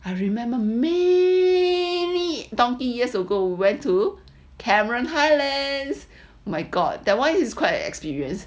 I remember many donkey years ago went to cameron highlands my god that one was quite an experience